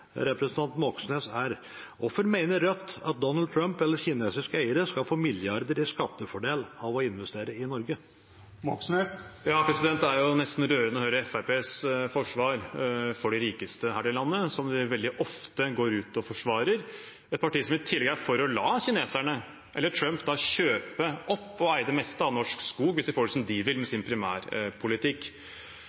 representanten Moxnes er: Hvorfor mener Rødt at Donald Trump eller kinesiske eiere skal få milliarder i skattefordel av å investere i Norge? Det er nesten rørende å høre Fremskrittspartiets forsvar for de rikeste her i landet, som de veldig ofte går ut og forsvarer – et parti som i tillegg er for å la kineserne eller Trump kjøpe opp og eie det meste av norsk skog, hvis de får det som de vil med sin primærpolitikk.